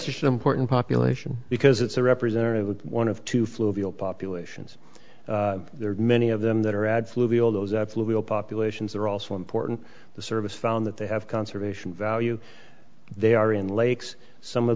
an important population because it's a representative of one of two fluid populations there are many of them that are absolutely all those absolutely all populations are also important the service found that they have conservation value they are in lakes some of